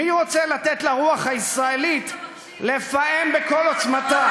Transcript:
מי רוצה לתת לרוח הישראלית לפעם בכל עוצמתה?